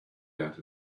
out